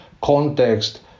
context